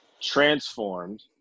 transformed